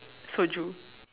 soju